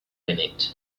minute